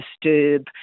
disturb